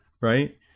right